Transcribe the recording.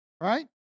right